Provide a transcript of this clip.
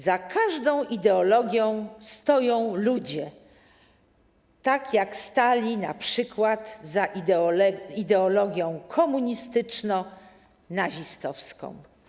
Za każdą ideologią stoją ludzie, tak jak stali np. za ideologią komunistyczną, nazistowską.